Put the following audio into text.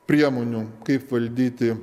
priemonių kaip valdyti